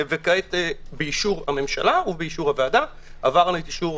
וכעת באישור הממשלה ובאישור הוועדה - עברנו את אישור